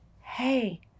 Hey